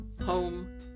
Home